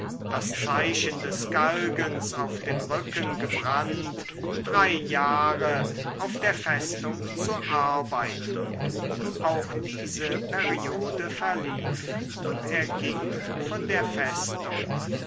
das zeichen des galgens auf den rücken gebrannt drei jahre auf der festung zu arbeiten auch diese periode verlief und er ging von der festung